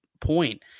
point